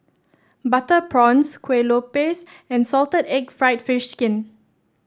Butter Prawns Kueh Lupis and Salted Egg fried fish skin